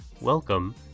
Welcome